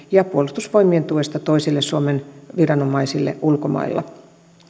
ja puolustusvoimien tuesta toisille suomen viranomaisille ulkomailla